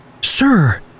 Sir